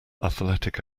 athletic